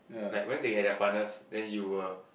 like when's they had their partners then you will